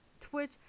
Twitch